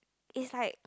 it's like